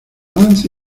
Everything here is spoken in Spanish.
danza